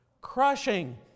Crushing